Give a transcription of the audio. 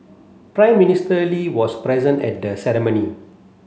Prime Minister Lee was present at the ceremony